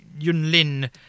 Yunlin